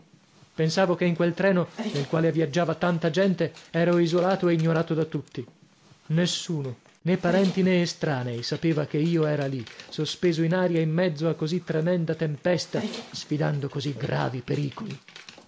pensavo che in quel treno nel quale viaggiava tanta gente ero isolato e ignorato da tutti nessuno né parenti né estranei sapeva che io era lì sospeso in aria in mezzo a così tremenda tempesta sfidando così gravi pericoli